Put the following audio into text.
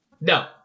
No